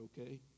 okay